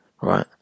right